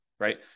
Right